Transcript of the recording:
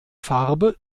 farbe